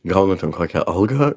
gaunu ten kokią algą